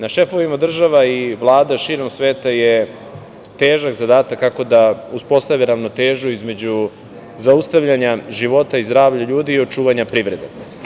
Na šefovima država i Vlada širom sveta je težak zadatak, kako da uspostave ravnotežu između zaustavljanja života i zdravlja ljudi i očuvanje privrede.